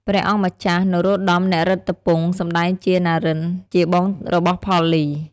ព្រះអង្គម្ចាស់ នរោត្តម នរិន្ទ្រពង្ស សម្តែងជា ណារិន ជាបងរបស់ផល្លី។